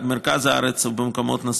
מרכז הארץ ובמקומות נוספים,